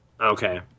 Okay